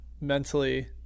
mentally